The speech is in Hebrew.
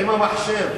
עם המחשב.